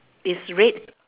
it's red